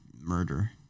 murder